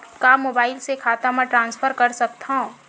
का मोबाइल से खाता म ट्रान्सफर कर सकथव?